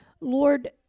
Lord